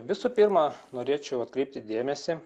visų pirma norėčiau atkreipti dėmesį